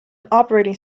operating